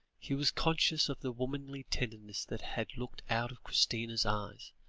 he was conscious of the womanly tenderness that had looked out of christina's eyes,